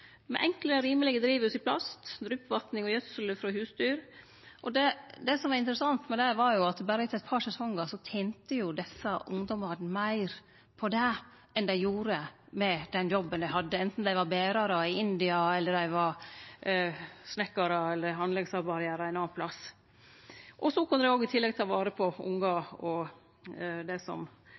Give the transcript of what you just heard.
med enkle, rimelege drivhus i plast, dryppvatning og gjødsel frå husdyr. Det som var interessant med det, var at berre etter eit par sesongar tente desse ungdomane meir på det enn dei gjorde med den jobben dei hadde, anten dei var berarar i India, eller dei var snekkarar eller anleggsarbeidarar ein annan plass. I tillegg kunne dei ta vare på ungar og familien. Når me veit at Nepal importerer halvparten av all maten frå India, er det